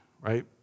right